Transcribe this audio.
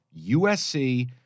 USC